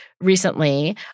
recently